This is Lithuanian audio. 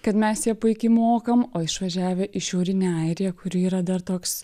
kad mes ją puikiai mokam o išvažiavę į šiaurinę airiją kuri yra dar toks